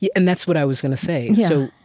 yeah and that's what i was gonna say. so,